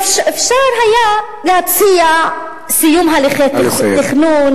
אפשר היה להציע סיום הליכי תכנון,